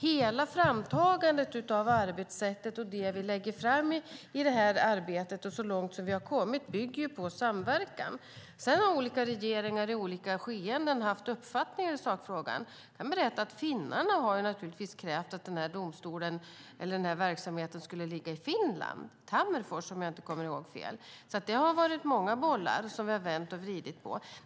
Hela framtagandet av arbetssättet och det som vi lägger fram i detta arbete, så långt som vi har kommit, bygger på samverkan. Sedan har olika regeringar i olika skeenden haft uppfattningar i sakfrågan. Jag kan berätta att finnarna naturligtvis har krävt att denna verksamhet ska ligga i Finland - i Tammerfors, om jag inte kommer ihåg fel. Det har alltså varit många saker som vi har vänt och vridit på.